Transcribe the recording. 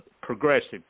progressive